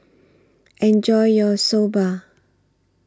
Enjoy your Soba